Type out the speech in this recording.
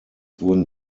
wurden